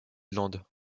land